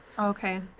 Okay